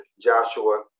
Joshua